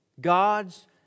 god's